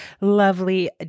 lovely